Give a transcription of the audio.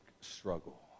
struggle